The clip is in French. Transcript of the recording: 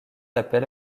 appel